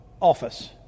office